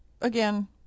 again